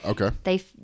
Okay